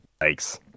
Yikes